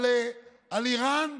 על איראן,